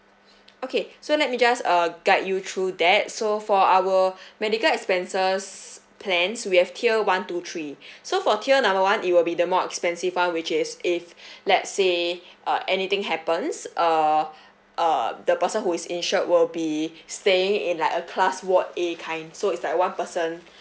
okay so let me just uh guide you through that so for our medical expenses plans we have tier one two three so for tier number one it will be the more expensive one which is if let's say uh anything happens uh uh the person who is insured will be staying in like a class ward A kind so it's like a one person